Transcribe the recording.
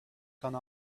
gone